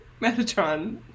Metatron